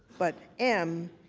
but m,